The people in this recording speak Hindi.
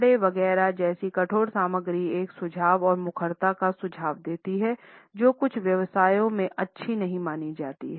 चमड़े वगैरह जैसी कठोर सामग्री एक जुझारू और मुखरता का सुझाव देती है जो कुछ व्यवसायों में अच्छी नहीं मानी जाती